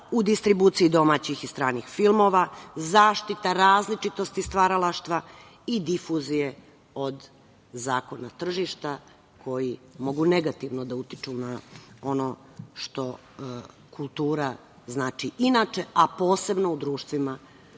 u distribuciji domaćih i stranih filmova, zaštita različitosti stvaralaštva i difuzije od zakona tržišta koji mogu negativno da utiču na ono što kultura znači inače, a posebno u društvima